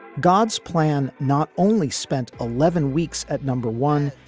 god's plan not only spent eleven weeks at number one,